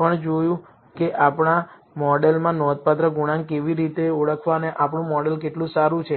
પણ જોયું કે આપણા મોડેલમાં નોંધપાત્ર ગુણાંક કેવી રીતે ઓળખવા અને આપણું મોડેલ કેટલું સારું છે